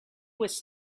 was